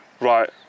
right